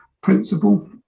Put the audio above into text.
principle